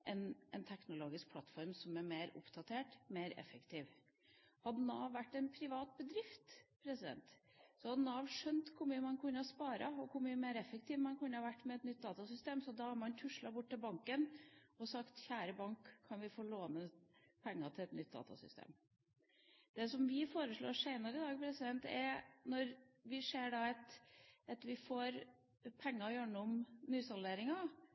en teknologisk plattform som er mer oppdatert, mer effektiv. Hadde Nav vært en privat bedrift, så hadde Nav skjønt hvor mye de kunne spare, og hvor mye mer effektiv man kunne ha vært med et nytt datasystem. Da ville man ha tuslet bort til banken og sagt: Kjære bank, kan vi få låne penger til et nytt datasystem? Når vi får penger gjennom salderingen av budsjettet, mener Venstre at vi ikke skal sprøyte det inn i